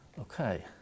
Okay